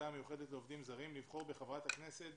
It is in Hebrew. המיוחדת לעובדים זרים לבחור בחברת הכנסת